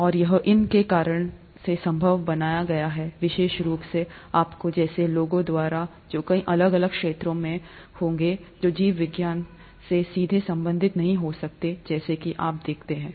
और यह इन के कारण है ये संभव बनाने के लिए विशेष रूप से आपके जैसे लोगों द्वारा जो कई अलग अलग क्षेत्रों में होगा जो जीव विज्ञान से सीधे संबंधित नहीं हो सकते हैं जैसा कि आप देखते हैं